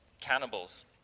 cannibals